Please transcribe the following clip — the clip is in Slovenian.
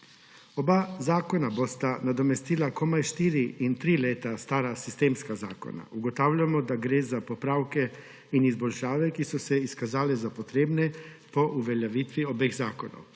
Oba zakona bosta nadomestila komaj štiri in tri leta stara sistemska zakona. Ugotavljamo, da gre za popravke in izboljšave, ki so se izkazali za potrebne po uveljavitvi obeh zakonov.